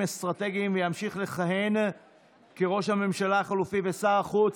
אסטרטגיים וימשיך לכהן כראש הממשלה החלופי ושר החוץ.